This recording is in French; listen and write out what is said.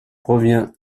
provient